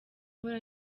mpora